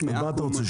מה אתה רוצה,